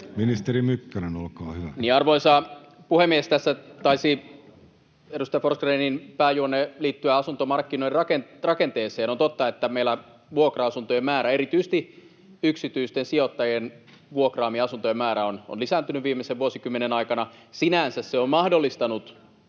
Time: 16:21 Content: Arvoisa puhemies! Tässä taisi edustaja Forsgrénin pääjuonne liittyä asuntomarkkinoiden rakenteeseen. On totta, että meillä vuokra-asuntojen määrä, erityisesti yksityisten sijoittajien vuokraamien asuntojen määrä, on lisääntynyt viimeisen vuosikymmenen aikana. Sinänsä se on mahdollistanut